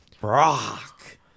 Brock